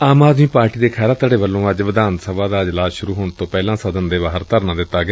ਆਮ Aadmi party ਦੇ ਖਹਿਰਾ ਧੜੇ ਵੱਲੋਂ ਅੱਜ ਵਿਧਾਨ ਸਭਾ ਦਾ ਅਜਲਾਸ ਸ਼ਰੁ ਹੋਣ ਤੋਂ ਪਹਿਲਾਂ ਸਦਨ ਦੇ ਬਾਹਰ ਧਰਨਾ ਦਿੱਤਾ ਗਿਆ